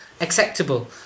acceptable